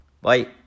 Bye